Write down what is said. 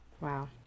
wow